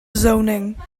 zoning